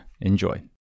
Enjoy